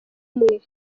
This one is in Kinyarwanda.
umwe